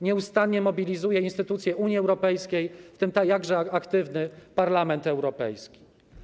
Nieustannie mobilizuje instytucje Unii Europejskiej, w tym jakże aktywny Parlament Europejski.